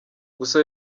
gusa